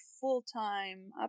full-time